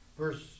Verse